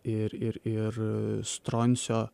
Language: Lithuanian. ir ir ir stroncio